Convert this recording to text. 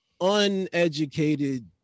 uneducated